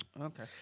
okay